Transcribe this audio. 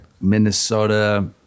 Minnesota